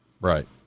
right